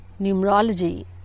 numerology